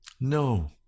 no